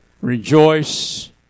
Rejoice